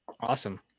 awesome